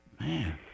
Man